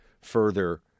further